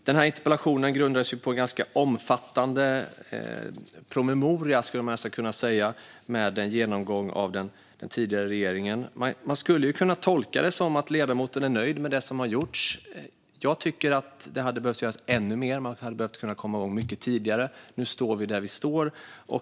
Den här interpellationen grundades på en ganska omfattande promemoria med en genomgång av den tidigare regeringen. Man skulle kunna tolka det som att ledamoten är nöjd med det som har gjorts, men jag tycker att det hade behövt göras ännu mer. Man hade behövt komma igång mycket tidigare. Nu står vi där vi står.